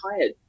tired